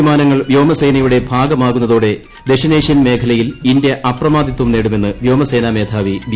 Rafale യുദ്ധവിമാനങ്ങൾ വ്യോമസേനയുടെ ഭാഗമാകുന്നതോടെ ദക്ഷിണേഷ്യൻ മേഖലയിൽ ഇന്ത്യ അപ്രമാദിത്വം നേടുമെന്ന് വ്യോമസേന മേധാവി ബി